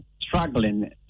struggling